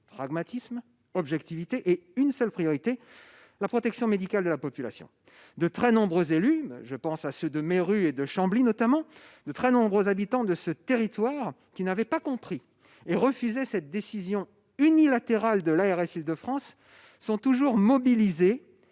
pragmatisme, objectivité et avec pour seule priorité la protection médicale de la population. De très nombreux élus- je pense notamment à ceux de Méru et Chambly -et habitants de ce territoire, n'ayant pas compris et refusant cette décision unilatérale de l'ARS Île-de-France, sont toujours mobilisés